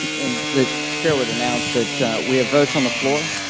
and the chair would announce that we have votes on the floor.